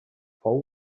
fou